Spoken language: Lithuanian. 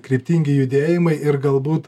kryptingi judėjimai ir galbūt